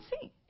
see